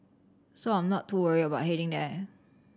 so I am not too worried about heading there